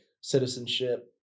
citizenship